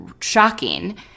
shocking